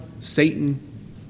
Satan